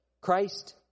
Christ